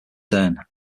turn